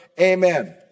Amen